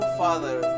father